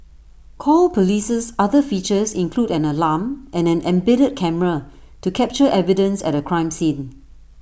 call police's other features include an alarm and an embedded camera to capture evidence at A crime scene